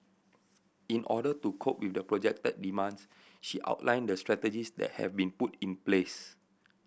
in order to cope with the projected demands she outlined the strategies that have been put in place